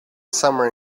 summer